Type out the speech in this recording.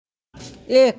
एक